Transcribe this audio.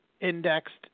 indexed